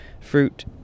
fruit